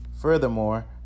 Furthermore